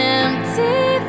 empty